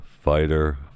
fighter